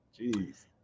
Jeez